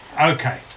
Okay